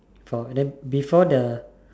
four then before the